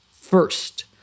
first